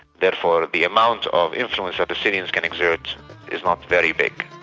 therefore the amount of influence that the syrians can exert is not very big.